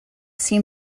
seem